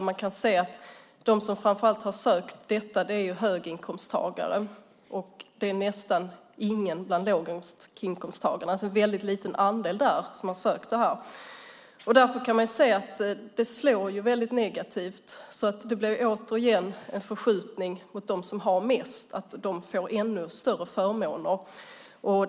Man kan se att de som framför allt har sökt det är höginkomsttagare och nästan ingen bland låginkomsttagarna, alltså en liten andel som har sökt det. Därför kan man se att det slår väldigt negativt, och det blir återigen en förskjutning mot dem som har mest som får ännu större förmåner.